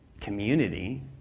community